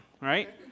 right